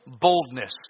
boldness